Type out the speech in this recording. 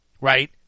right